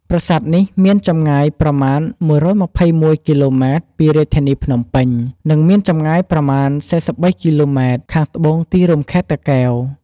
ប្រាសាទនេះមានចម្ងាយប្រមាណ ១២១ គីឡូម៉ែត្រពីរាជធានីភ្នំពេញ និងមានចម្ងាយប្រមាណ ៤៣គីឡូម៉ែត្រ ខាងត្បូងទីរួមខេត្តតាកែវ។